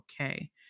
okay